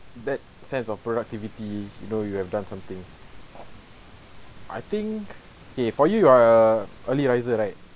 that sense of productivity you know you have done something I think eh for you are a early riser right